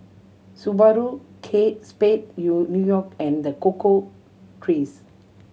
Subaru Kate Spade New York and The Cocoa Trees